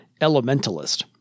Elementalist